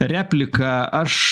repliką aš